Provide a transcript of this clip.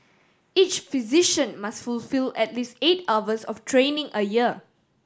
each physician must fulfil at least eight hours of training a year